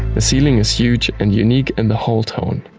the ceiling is huge and unique in the whole town.